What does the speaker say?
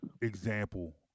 example